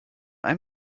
ein